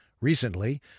Recently